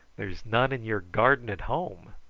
there's none in your garden at home.